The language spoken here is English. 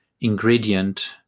ingredient